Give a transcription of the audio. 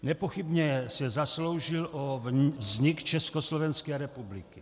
Nepochybně se zasloužil o vznik Československé republiky.